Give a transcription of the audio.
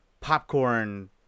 popcorn